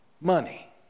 money